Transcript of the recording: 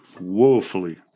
woefully